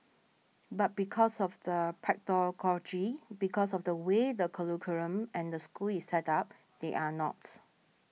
but because of the pedagogy because of the way the curriculum and the school is set up they are not